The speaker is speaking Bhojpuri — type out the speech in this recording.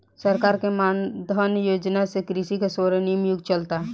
सरकार के मान धन योजना से कृषि के स्वर्णिम युग चलता